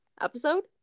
episode